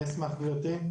אני אשמח גבירתי.